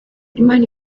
imana